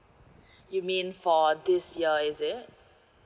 you mean for this year is it